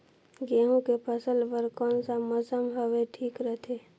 गहूं के फसल बर कौन सा मौसम हवे ठीक रथे?